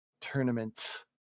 tournament